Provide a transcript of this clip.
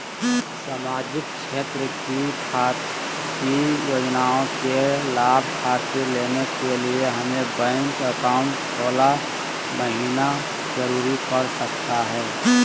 सामाजिक क्षेत्र की योजनाओं के लाभ खातिर लेने के लिए हमें बैंक अकाउंट खोला महिना जरूरी पड़ सकता है?